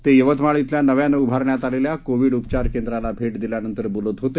तेयवतमाळइथल्यानव्यानंउभारण्यातआलेल्याकोवीडउपचारकेंद्रालाभेटदिल्यानंतरबोलत होते